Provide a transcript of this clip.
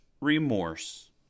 remorse